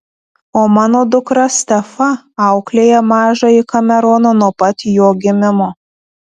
o mano dukra stefa auklėja mažąjį kameroną nuo pat jo gimimo